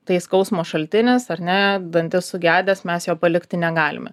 tai skausmo šaltinis ar ne dantis sugedęs mes jo palikti negalime